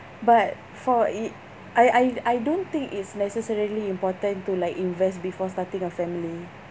but for it I I I don't think it's necessarily important to like invest before starting a family